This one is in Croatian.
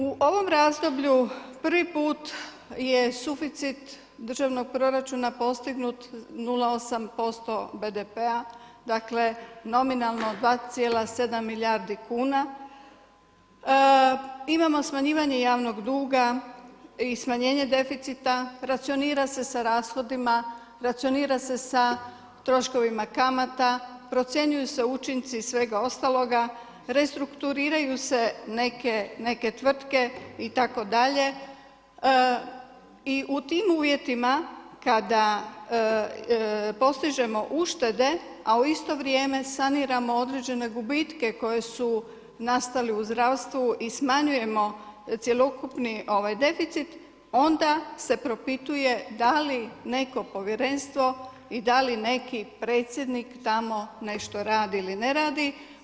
U ovom razdoblju prvi put je suficit državnog proračuna postignut 0,8% BDP-a dakle nominalno 2,7 milijardi kuna. imamo smanjivanje javnog duga i smanjenje deficita, racionira se sa rashodima, racionira se sa troškovima kamata, procjenjuju se učinci svega ostaloga, restrukturiraju se neke tvrtke itd. i u tim uvjetima kada postižemo uštede, a u isto vrijeme saniramo određene gubitke koji su nastali u zdravstvu i smanjujemo cjelokupni deficit, onda se propituje da li neko povjerenstvo i da li neki predsjednik tamo nešto radi li ne radi.